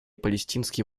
палестинский